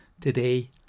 Today